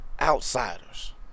outsiders